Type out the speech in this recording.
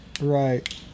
right